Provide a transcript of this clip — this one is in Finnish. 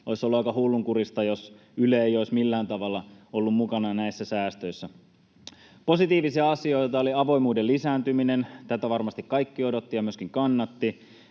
olisi ollut aika hullunkurista, jos Yle ei olisi millään tavalla ollut mukana näissä säästöissä. Positiivisia asioita oli avoimuuden lisääntyminen. Tätä varmasti kaikki odottivat ja myöskin kannattivat.